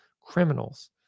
criminals